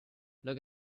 look